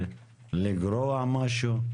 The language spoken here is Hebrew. לגרוע משהו,